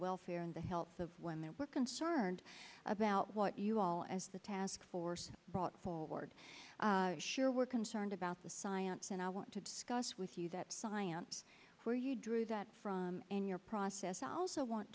welfare and the health of women were concerned about what you all as the task force brought forward sure were concerned about the science and i want to discuss with you that science where you drew that from and your process i also want